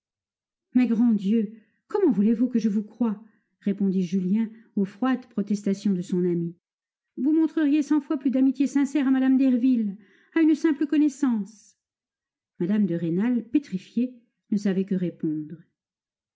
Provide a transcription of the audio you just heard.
mais grand dieu comment voulez-vous que je vous croie répondait julien aux froides protestations de son amie vous montreriez cent fois plus d'amitié sincère à mme derville à une simple connaissance mme de rênal pétrifiée ne savait que répondre